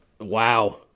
Wow